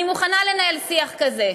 אני מוכנה לנהל שיח כזה,